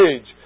age